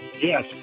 Yes